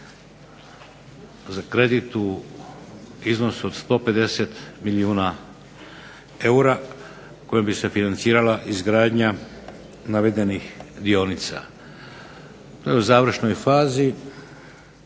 za kredit u iznosu od 150 milijuna eura kojim bi se financirala izgradnja navedenih dionica. To je u završnoj fazi.